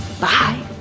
Bye